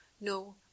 No